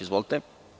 Izvolite.